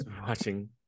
watching